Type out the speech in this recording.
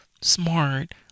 smart